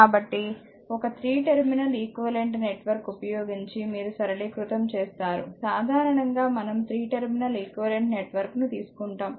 కాబట్టి ఒక 3 terminal equivalent network ఉపయోగించి మీరు సరళీకృతం చేస్తారు సాధారణంగా మనం 3 టెర్మినల్ ఈక్వివలెంట్ నెట్వర్క్ ను తీసుకుంటాం